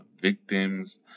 victims